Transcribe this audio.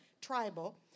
tribal